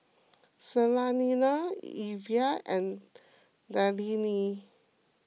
Salina Elvie and Darlene